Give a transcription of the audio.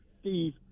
Steve